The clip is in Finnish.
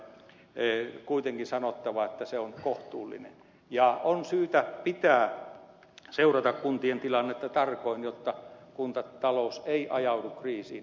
tein kuitenkin sanottava että se on kohtuullinen ja on syytä seurata kuntien tilannetta tarkoin jotta kuntatalous ei ajaudu kriisiin